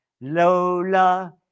Lola